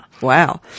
Wow